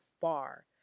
far